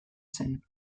zen